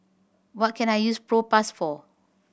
what can I use Propass for